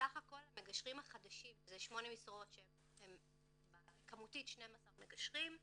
סך הכל המגשרים החדשים שזה שמונה משרות שהם כמותית 12 מגשרים,